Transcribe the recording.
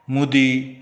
मुदी